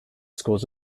scores